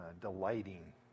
delighting